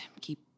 keep